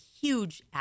huge